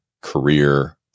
career